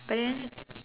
but then